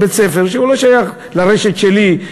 בית-ספר שלא שייך לרשת שלי,